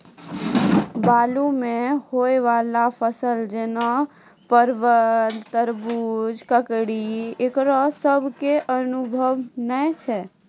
बालू मे होय वाला फसल जैना परबल, तरबूज, ककड़ी ईकरो सब के अनुभव नेय छै?